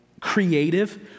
creative